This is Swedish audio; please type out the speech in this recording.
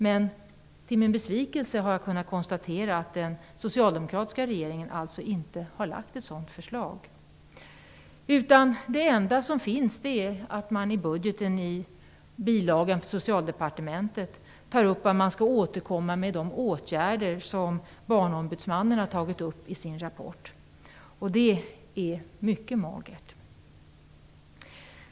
Men till min besvikelse har jag kunnat konstatera att den socialdemokratiska regeringen alltså inte har lagt fram ett sådant förslag. Det enda som finns är att man i budgeten i bilagan för Socialdepartementet tar upp att man skall återkomma med de åtgärder som Barnombudsmannen har tagit upp i sin rapport. Det är mycket magert.